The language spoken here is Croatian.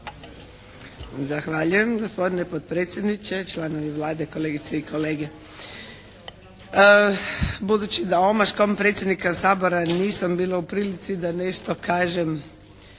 Zahvaljujem gospodine potpredsjedniče, članovi Vlade, kolegice i kolege. Budući da omaškom predsjednika Sabora nisam bila u prilici da nešto kažem